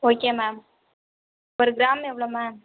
okay ma'am ஒரு gram எவ்வளோ ma'am